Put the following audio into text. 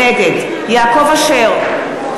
נגד יעקב אשר,